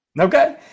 Okay